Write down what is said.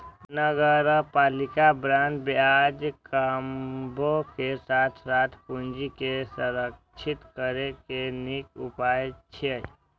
नगरपालिका बांड ब्याज कमाबै के साथ साथ पूंजी के संरक्षित करै के नीक उपाय छियै